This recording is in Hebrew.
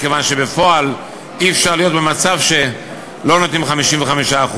מכיוון שבפועל אי-אפשר להיות במצב שלא נותנים 55%,